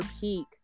peak